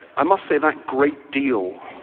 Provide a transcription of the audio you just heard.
i must say that great deal